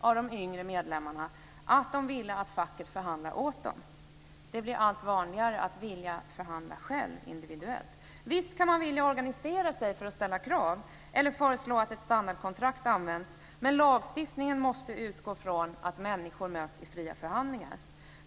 av de yngre medlemmarna att de ville att facket skulle förhandla åt dem. Det blir allt vanligare att vilja förhandla själv individuellt. Visst kan man vilja organisera sig för att ställa krav eller föreslå att ett standardkontrakt används, men lagstiftningen måste utgå från att människor möts i fria förhandlingar.